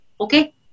Okay